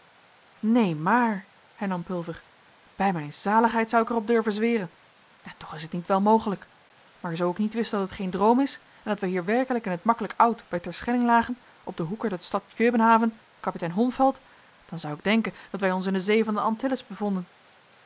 neen maar hernam pulver bij mijn zaligheid zou ik er op durven zweren en toch is het niet wel mogelijk maar zoo ik niet wist dat het geen droom is en dat wij hier werkelijk in t maklijk oud bij terschelling lagen op den hoeker de stad kjöbenhavn kapitein holmfeld dan zou ik denken dat wij ons in de zee van de antilles bevonden